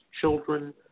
children